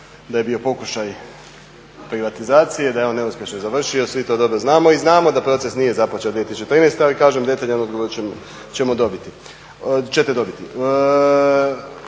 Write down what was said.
da je bio pokušaj privatizacije i da je on neuspješno završio, svi to dobro znamo i znamo da proces nije započeo 2013. ali kažem detaljan odgovor ćete dobiti.